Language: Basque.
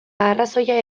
arrazoia